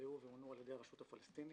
נכלאו ועונו על-ידי הרשות הפלסטינית.